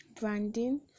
branding